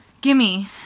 Gimme